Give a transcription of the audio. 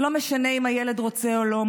זה לא משנה אם הילד רוצה או לא,